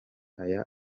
aya